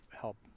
help